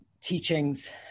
teachings